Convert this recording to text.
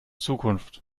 zukunft